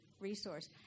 resource